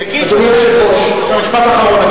אדוני היושב-ראש, בבקשה.